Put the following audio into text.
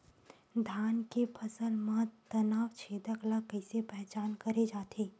धान के फसल म तना छेदक ल कइसे पहचान करे जाथे?